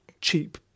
cheap